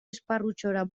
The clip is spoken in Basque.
esparrutxora